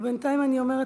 בינתיים אני אומרת